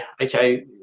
okay